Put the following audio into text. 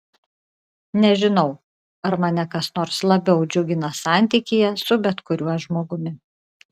nežinau ar mane kas nors labiau džiugina santykyje su bet kuriuo žmogumi